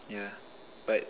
yeah but